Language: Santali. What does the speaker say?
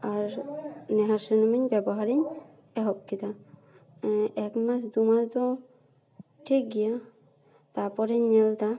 ᱟᱨ ᱱᱤᱦᱟᱨ ᱥᱩᱱᱩᱢ ᱵᱮᱵᱚᱦᱟᱨᱤᱧ ᱮᱦᱚᱵ ᱠᱮᱫᱟ ᱮᱠᱢᱟᱥ ᱫᱩ ᱢᱟᱥ ᱫᱚ ᱴᱷᱤᱠ ᱜᱮᱭᱟ ᱛᱟᱯᱚᱨᱮᱧ ᱧᱮᱞᱮᱫᱟ